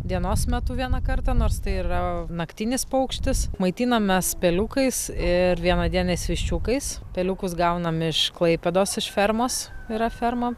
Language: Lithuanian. dienos metu vieną kartą nors tai yra naktinis paukštis maitinam mes peliukais ir vienadieniais viščiukais peliukus gaunam iš klaipėdos iš fermos yra ferma